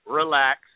relax